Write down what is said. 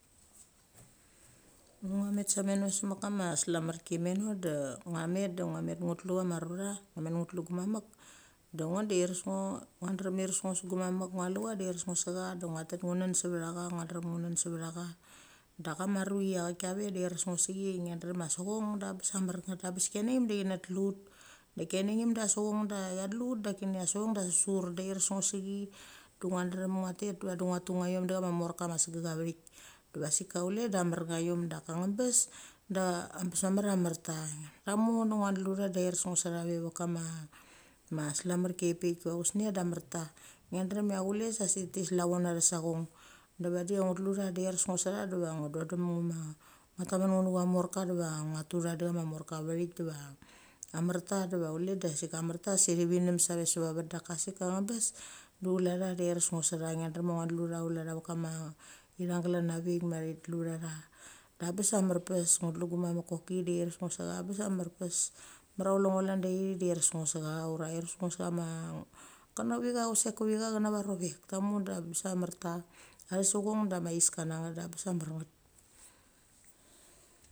Ngo met samano se met kama salamarki da ngo met da ngo met utlu chama rura, ngo met nga tulu gumamek. Da ngo de irek ngo ngia drem iresk ngo se gumamek ngua lucha da iresk ngo se cha de ngia tet ngung se vecha ngia drem ngung cha ve cha. Daka ma ruchi achet kave da iresk ngo sechi ngia drem cha sahong da bes a mar nget, bes kianiam de chi na tulu ut. Dach kianium da sahong da cha dulu ut da ki ne a sahong da asusur da iresk ngo cha chi da ngia drem ngia tet de ngo tu ngiaum da chama morka ma segek avethik. Deva sik ka chula da marnaum daka angabes, da abes mamar cha amarta. Tamu da ngia dulucha de iresk ngo setha ve vek kama ma slamarki da chusnia da amarta. Ngia drem chula sasik ti salvo na thasahong, da vadi ugo tulu cha da iresk ngo secha de va nudandam u ma tamen ngun nu gaumorka deva va ngia tutha da cha ma morka vethik de va, amarta de va chula da sik amarta se thiviun save se va vet. Daka sik ka anbes, da chula tha da iresk ngo secha ngia drem cha ngo dulu cha chula tha chula tha veth kama ithang glan a vik ma i tulu va tha. Da abes amar pes ngo tulu gumamek koki de iresk ngo secha mamar chule ngo chan da ithit de iresk ngo secha, ura iresk ngo sa ma tamo da bes a marta. Atha sahong dama iska nget da bes a mar nget.